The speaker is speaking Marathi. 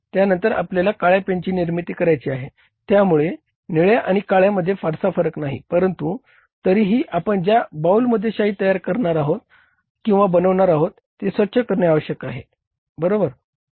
त्यानंतर आपल्याला काळ्या पेनची निर्मिती करायची आहे त्यामुळे निळ्या आणि काळ्यामध्ये फारसा फरक नाही परंतु तरीही आपण ज्या बाऊलमध्ये शाई तयार करणार आहोत किंवा बनवणार आहोत ते स्वच्छ करणे आवश्यक आहे बरोबर